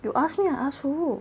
you ask me I ask who